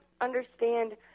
understand